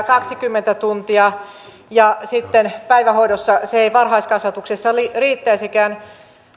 kaksikymmentä tuntia ja sitten päivähoidossa se ei varhaiskasvatuksessa riittäisikään